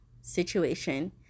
situation